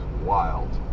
wild